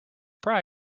price